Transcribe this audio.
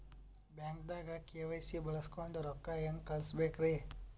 ಬ್ಯಾಂಕ್ದಾಗ ಕೆ.ವೈ.ಸಿ ಬಳಸ್ಕೊಂಡ್ ರೊಕ್ಕ ಹೆಂಗ್ ಕಳಸ್ ಬೇಕ್ರಿ?